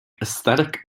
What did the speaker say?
aesthetic